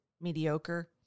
mediocre